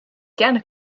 gerne